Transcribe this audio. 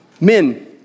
men